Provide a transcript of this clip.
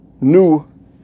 new